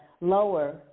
lower